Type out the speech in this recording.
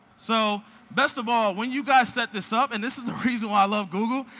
so best of all, when you guys set this up, and this is the reason why i love google,